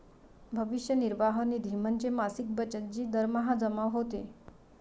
भविष्य निर्वाह निधी म्हणजे मासिक बचत जी दरमहा जमा होते